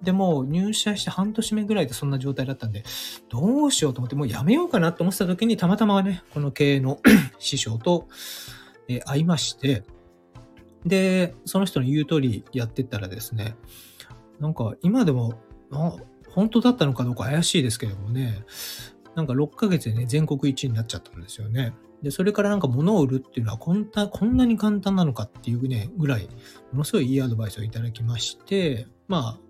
でもう入社して半年目ぐらいでそんな状態だったんで、どうしようと思って、もうやめようかなと思ってた時に、たまたまね、この経営の師匠と、えー、会いまして。で、その人の言う通りやってったらですね、なんか今でも、あ、本当だったのかどうか怪しいですけどもね、なんか六ヶ月でね、全国一位になっちゃったんですよね。で、それからなんか物を売るっていうのはこんな- こんなに簡単なのかっていうね、ぐらいものすごいいいアドバイスをいただきまして、まあ